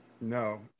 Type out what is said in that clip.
No